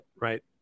right